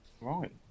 Right